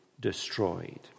destroyed